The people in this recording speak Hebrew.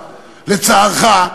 לצערך,